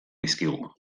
dizkigu